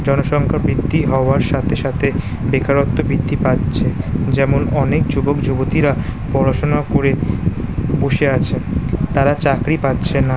জনসংখ্যা বৃদ্ধি হওয়ার সাথে সাথে বেকারত্ব বৃদ্ধি পাচ্ছে যেমন অনেক যুবক যুবতীরা পড়াশোনা করে বসে আছে তারা চাকরি পাচ্ছে না